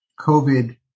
COVID